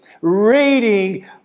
reading